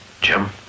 Jim